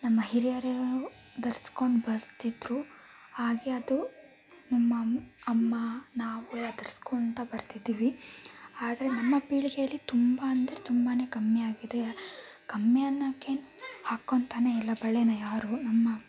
ನಮ್ಮ ಹಿರಿಯರು ಧರ್ಸ್ಕೊಂಡು ಬರ್ತಿದ್ದರು ಹಾಗೇ ಅದು ನಮ್ಮ ಅಮ್ಮ ಅಮ್ಮ ನಾವು ಎಲ ಧರ್ಸ್ಕೊತ ಬರ್ತಿದ್ವಿ ಆದರೆ ನಮ್ಮ ಪೀಳಿಗೆಯಲ್ಲಿ ತುಂಬ ಅಂದರೆ ತುಂಬಾ ಕಮ್ಮಿ ಆಗಿದೆ ಕಮ್ಮಿಯನ್ನಕ್ಕೆ ಹಾಕೋತಾನೇ ಇಲ್ಲ ಬಳೆನ ಯಾರೂ ನಮ್ಮ